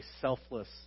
selfless